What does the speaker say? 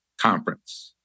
conference